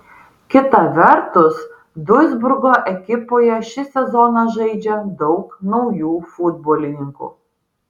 kita vertus duisburgo ekipoje šį sezoną žaidžia daug naujų futbolininkų